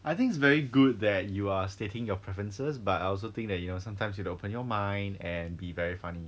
I think it's very good that you are stating your preferences but I also think that you know sometimes you open your mind and be very funny